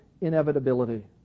inevitability